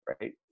right